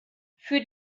für